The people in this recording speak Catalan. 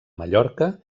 mallorca